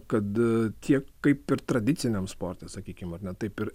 kad tiek kaip ir tradiciniam sporte sakykim ar ne taip ir